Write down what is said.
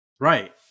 Right